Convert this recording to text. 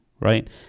right